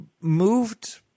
moved